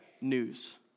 news